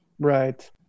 Right